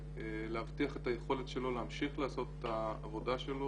ולהבטיח את היכולת שלו להמשיך לעשות את העבודה שלו,